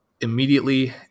immediately